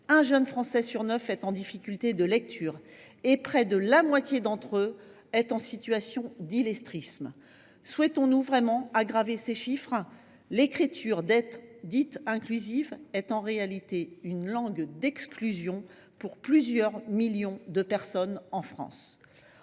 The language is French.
un jeune français sur neuf a des difficultés de lecture et près de la moitié d’entre eux sont en situation d’illettrisme. Souhaitons nous vraiment aggraver ces chiffres ? L’écriture dite inclusive est en réalité une langue d’exclusion pour plusieurs millions de personnes en France